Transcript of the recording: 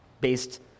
based